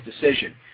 decision